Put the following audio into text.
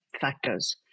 factors